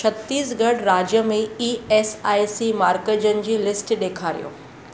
छत्तीसगढ़ राज्य में E S I C मर्कज़नि जी लिस्ट ॾेखारियो